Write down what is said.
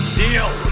deal